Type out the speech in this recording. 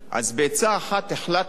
אז בעצה אחת החלטנו,